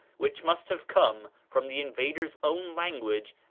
which must have come from the invaders' own language,